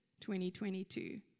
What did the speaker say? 2022